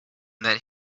that